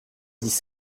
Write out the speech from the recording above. dix